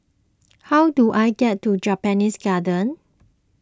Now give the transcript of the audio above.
how do I get to Japanese Garden